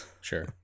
Sure